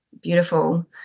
beautiful